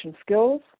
skills